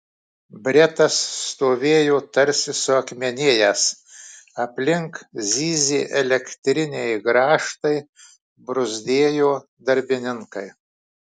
bretas stovėjo tarsi suakmenėjęs aplink zyzė elektriniai grąžtai bruzdėjo darbininkai